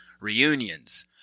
reunions